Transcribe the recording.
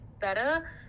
better